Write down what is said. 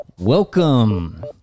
Welcome